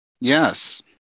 Yes